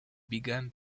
began